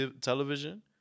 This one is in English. television